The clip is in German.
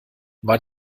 war